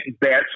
bets